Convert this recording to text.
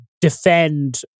defend